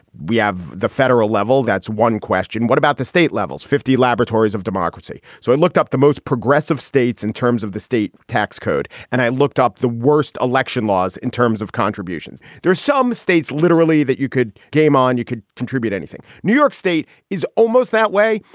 we have the federal level. that's one question. what about the state levels? fifty laboratories of democracy. so i looked up the most progressive states in terms of the state tax code and i looked up the worst election laws in terms of contributions. there are some states literally that you could game on. you could contribute anything. new york state is almost that way.